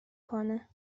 کنه